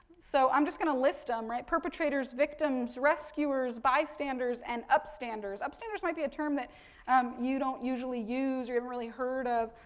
so, i'm just going to list them, right, perpetrators, victims, rescuers, bystanders, and up standers. up standers may be a term that um you don't usually use or you haven't really heard of.